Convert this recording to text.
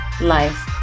life